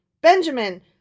Benjamin